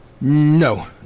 No